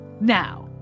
now